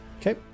okay